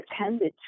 attended